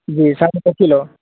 جی ساٹھ روپے کلو